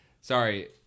Sorry